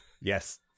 Yes